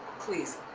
please,